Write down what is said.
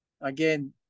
again